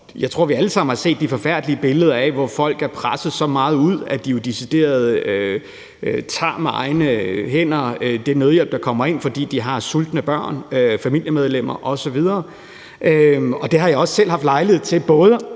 Jeg tror, at vi alle sammen har set de forfærdelige billeder, hvor folk er presset så meget, at de decideret med egne hænder tager den nødhjælp, der kommer ind, fordi de har sultne børn, andre familiemedlemmer osv. Det har jeg også selv haft lejlighed til